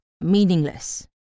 meaningless